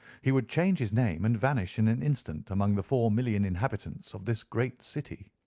he would change his name, and vanish in an instant among the four million inhabitants of this great city.